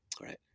right